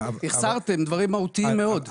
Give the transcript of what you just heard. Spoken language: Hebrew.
החסרתם דברים מהותיים מאוד.